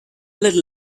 little